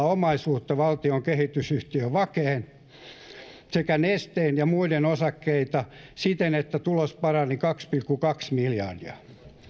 omaisuutta valtion kehitysyhtiö vakeen sekä nesteen ja muiden osakkeita siten että tulos parani kaksi pilkku kaksi miljardia